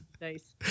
Nice